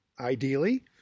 ideally